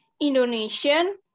Indonesian